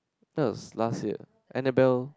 that was last year Annabelle